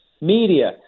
media